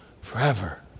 forever